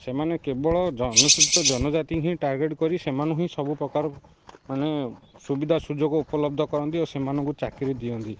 ସେମାନେ କେବଳ ଜନଜାତି ହିଁ ଟାର୍ଗେଟ୍ କରି ସେମାନଙ୍କୁ ହିଁ ସବୁ ପ୍ରକାର ମାନେ ସୁବିଧା ସୁଯୋଗ ଉପଲବ୍ଧ କରନ୍ତି ଓ ସେମାନଙ୍କୁ ଚାକିରୀ ଦିଅନ୍ତି